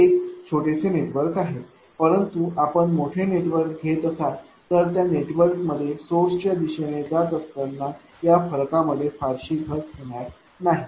हे एक छोटेसे नेटवर्क आहे परंतु आपण मोठे नेटवर्क घेत असाल तर त्या नेटवर्क मध्ये सोर्सच्या दिशेने जात असताना या फरकामध्ये फारशी घट होणार नाही